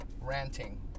ranting